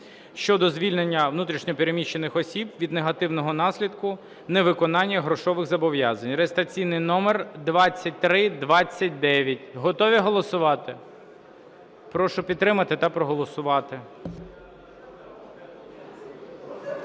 щодо звільнення внутрішньо переміщених осіб від негативних наслідків невиконання грошових зобов'язань (реєстраційний номер 2329). Готові голосувати? Прошу підтримати та проголосувати.